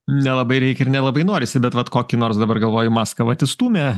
nelabai reikia ir nelabai norisi bet vat kokį nors dabar galvoju muską vat išstūmė